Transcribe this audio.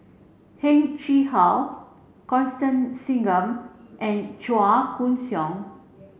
Heng Chee How Constance Singam and Chua Koon Siong